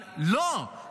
לא,